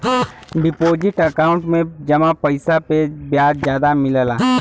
deposit account में जमा पइसा पे ब्याज जादा मिलला